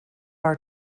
our